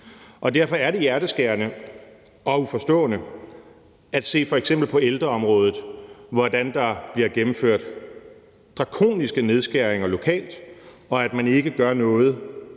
Derfor er det hjerteskærende og uforståeligt at se, hvordan der f.eks. på ældreområdet bliver gennemført drakoniske nedskæringer lokalt, og at man ikke gør noget